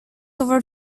over